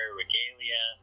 regalia